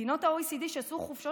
במדינות ה-OECD שעשו חופשות לידה,